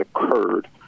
occurred